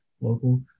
local